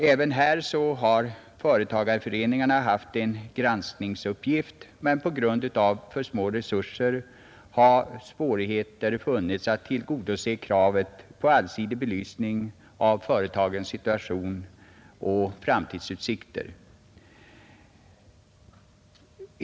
Även här har företagareföreningarna haft en granskningsuppgift, men på grund av för små resurser har det varit svårigheter att tillgodose kravet på allsidig belysning av företagens situation och framtidsutsikter.